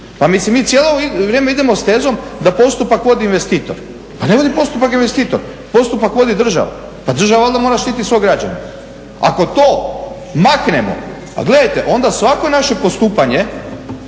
Pa mislim mi cijelo vrijeme idemo s tezom da postupak vodi investitor. Pa ne vodi postupak investitor, postupak vodi država. Pa država onda mora štititi svog građanina. Ako to maknemo, pa gledajte onda svako naše postupanje